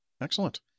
excellent